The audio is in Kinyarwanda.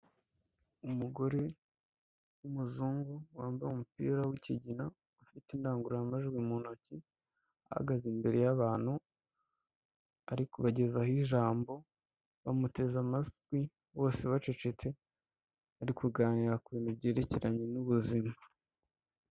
Umugore w'umuzungu wambaye umupira w'ikigina, ufite indangurumajwi mu ntoki, ahagaze imbere y'abantu, ari kugezaho ijambo, bamuteze amatwi, bose bacecetse, bari kuganira ku bintu byerekeranye n'ubuzima.